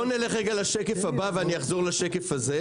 בואו נלך לשקף הבא ואני אחזור לשקף הזה.